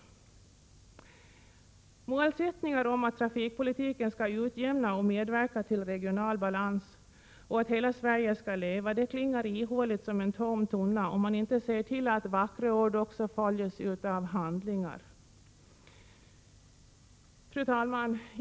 ; 61 Målsättningar om att trafikpolitiken skall utjämna och medverka till regional balans och att hela Sverige skall leva klingar ihåligt som en tom tunna om man inte ser till att vackra ord också följs av konkret handling. Fru talman!